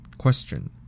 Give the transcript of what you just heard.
Question